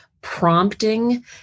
prompting